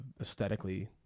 aesthetically